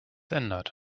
ändert